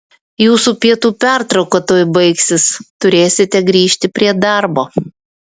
jūsų pietų pertrauka tuoj baigsis turėsite grįžti prie darbo